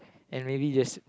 and really just